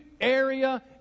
area